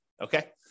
okay